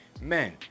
Men